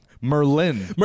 Merlin